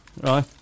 right